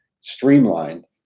streamlined